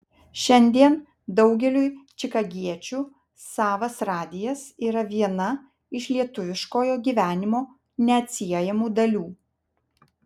šiandien daugeliui čikagiečių savas radijas yra viena iš lietuviškojo gyvenimo neatsiejamų dalių